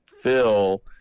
Phil